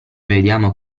vediamo